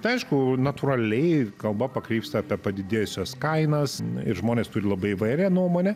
tai aišku natūraliai kalba pakrypsta apie padidėjusias kainas ir žmonės turi labai įvairią nuomonę